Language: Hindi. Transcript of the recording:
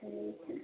ठीक है